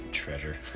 treasure